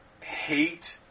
hate